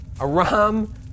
Aram